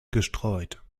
gestreut